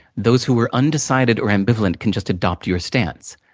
those who are undecided or ambivalent can just adopt your stance.